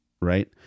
right